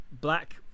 black